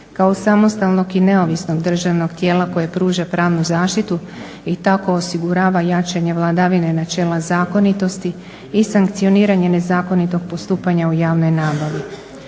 kao samostalnog i neovisnog državnog tijela koje pruža pravnu zaštitu i tako osigurava jačanje vladavine načela zakonitosti i sankcioniranje nezakonitog postupanja u javnoj nabavi.